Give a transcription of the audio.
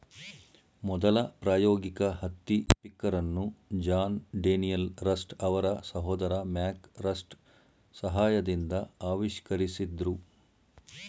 ಮೊದಲ ಪ್ರಾಯೋಗಿಕ ಹತ್ತಿ ಪಿಕ್ಕರನ್ನು ಜಾನ್ ಡೇನಿಯಲ್ ರಸ್ಟ್ ಅವರ ಸಹೋದರ ಮ್ಯಾಕ್ ರಸ್ಟ್ ಸಹಾಯದಿಂದ ಆವಿಷ್ಕರಿಸಿದ್ರು